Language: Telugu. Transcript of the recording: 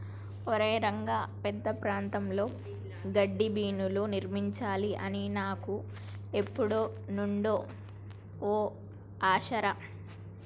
ఒరై రంగ పెద్ద ప్రాంతాల్లో గడ్డిబీనులు నిర్మించాలి అని నాకు ఎప్పుడు నుండో ఓ ఆశ రా